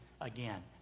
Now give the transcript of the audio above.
again